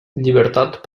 llibertat